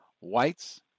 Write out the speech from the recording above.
whites